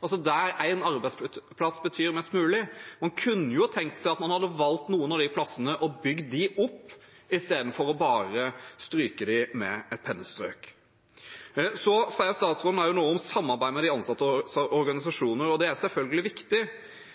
altså der en arbeidsplass betyr mest. Man kunne jo tenkt seg at man hadde valgt noen av disse stedene og bygd dem opp, istedenfor bare å stryke dem med et pennestrøk. Statsråden sier også noe om samarbeidet med de ansattes organisasjoner. Det er selvfølgelig viktig,